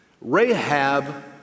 Rahab